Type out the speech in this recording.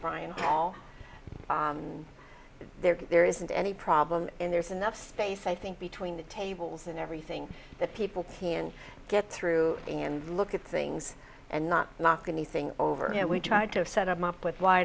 brian clough there there isn't any problem and there's enough space i think between the tables and everything that people can get through and look at things and not knock anything over and we tried to set up with